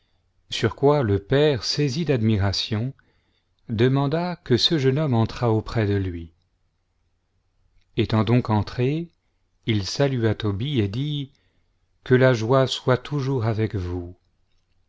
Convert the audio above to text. sur quoi le père saisi d'admiration demanda que ce jeune homme entrât auprès de lui étant donc entré il salua tobie et dit que la joie soit toujours avec vous